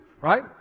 Right